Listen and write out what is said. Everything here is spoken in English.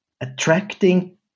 attracting